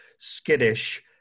skittish